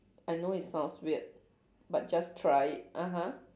I know it sounds weird but just try it (uh huh)